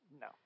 No